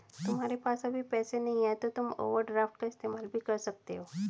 तुम्हारे पास अभी पैसे नहीं है तो तुम ओवरड्राफ्ट का इस्तेमाल भी कर सकते हो